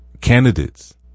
candidates